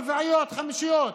רביעיות, חמישיות.